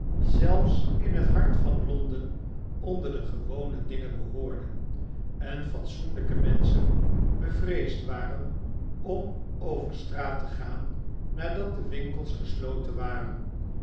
zelfs in het hart van londen onder de gewone dingen behoorden en fatsoenhjke menschen bevreesd waren om over straat te gaan nadat de wmkels gesloten waren